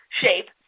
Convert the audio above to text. shape